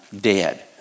dead